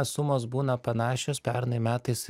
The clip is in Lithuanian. sumos būna panašios pernai metais